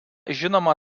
žinoma